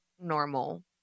normal